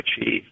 achieve